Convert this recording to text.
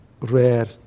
rare